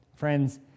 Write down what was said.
Friends